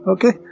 Okay